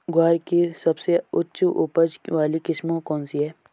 ग्वार की सबसे उच्च उपज वाली किस्म कौनसी है?